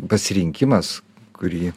pasirinkimas kurį